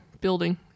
building